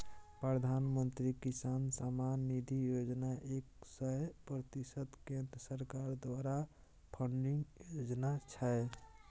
प्रधानमंत्री किसान सम्मान निधि योजना एक सय प्रतिशत केंद्र सरकार द्वारा फंडिंग योजना छै